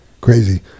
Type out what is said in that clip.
Crazy